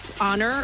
Honor